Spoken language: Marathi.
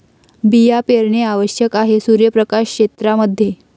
बिया पेरणे आवश्यक आहे सूर्यप्रकाश क्षेत्रां मध्ये